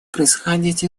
происходить